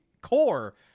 core